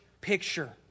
picture